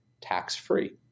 tax-free